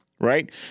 right